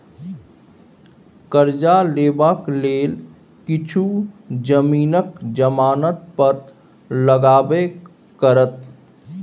करजा लेबाक लेल किछु जमीनक जमानत पत्र लगबे करत